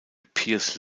pierce